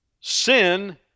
Sin